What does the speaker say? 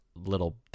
little